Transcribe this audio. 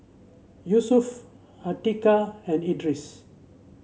Yusuf Atiqah and Idris